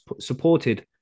supported